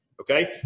Okay